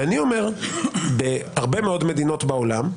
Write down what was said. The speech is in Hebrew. ואני אומר: בהרבה מאוד מדינות בעולם,